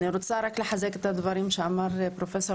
אני רוצה רק לחזק את הדברים שאמר פרופ'